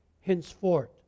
henceforth